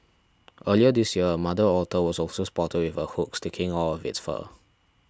earlier this year a mother otter was also spotted with a hook sticking out of its fur